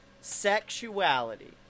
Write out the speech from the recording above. sexuality